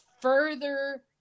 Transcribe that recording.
further